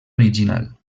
original